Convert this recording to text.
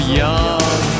young